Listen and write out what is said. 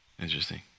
Interesting